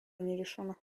нерешенных